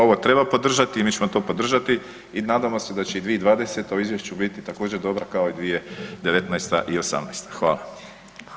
Ovo treba podržati i mi ćemo to podržati i nadamo se da će i 2020. u izvješću biti također dobra kao i 2019. i '18.